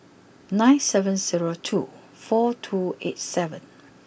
nine seven zero two four two eight seven